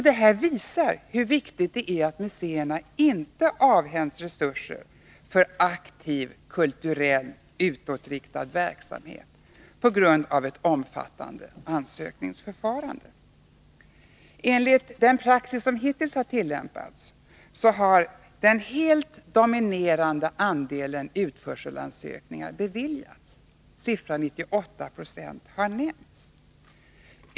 Detta visar hur viktigt det är att museerna inte avhänds resurser för aktiv kulturell utåtriktad verksamhet på grund av ett omfattande ansökningsförfarande. Enligt den praxis som hittills har tillämpats har den helt dominerande andelen utförselansökningar beviljats. Siffran 98 26 har nämnts.